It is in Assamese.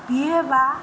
বিএ বা